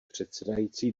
předsedající